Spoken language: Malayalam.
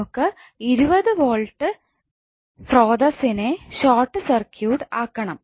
നമുക്ക് 20 വോൾട് വോൾട്ടേജ് സ്രോതസ്സിനെ ഷോർട്ട് സർക്യൂട്ട് ആക്കണം